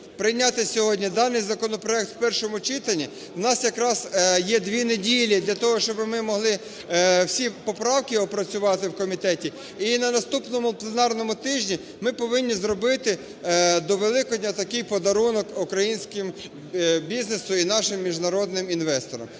прийняти сьогодні даний законопроект у першому читанні. У нас якраз є дві неділі для того, щоби ми могли всі поправки опрацювати в комітеті, і на наступному пленарному тижні ми повинні зробити до Великодня такий подарунок українським бізнесу і нашим міжнародним інвесторам.